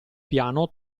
piano